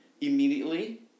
Immediately